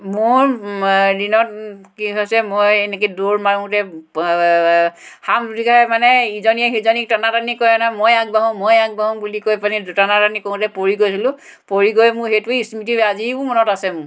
মোৰ দিনত কি হৈছে মই এনেকে দৌৰ মাৰোঁতে হামলুটি খাই মানে ইজনীয়ে সিজনীৰ টনা টনি কৰে মই আগবাঢ়োঁ মই আগবাঢ়োঁ বুলি কৈ পানি টনা টনি কৰোঁতে পৰি গৈছিলোঁ পৰি গৈ মোৰ সেইটো স্মৃতি আজিও মনত আছে